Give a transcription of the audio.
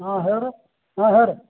ಹಾಂ ಹೇಳಿ ರೀ ಹಾಂ ಹೇಳಿ ರೀ